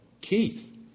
Keith